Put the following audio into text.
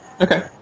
Okay